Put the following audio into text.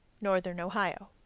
northern ohio.